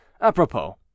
Apropos